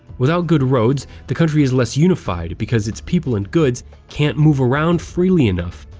without good roads, the country is less unified because its people and goods can't move around freely enough,